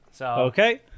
Okay